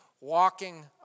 walking